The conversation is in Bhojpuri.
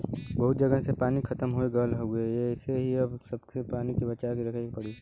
बहुते जगह से पानी खतम होये लगल हउवे एही से अब सबके पानी के बचा के रखे के पड़ी